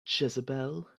jezebel